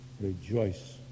Rejoice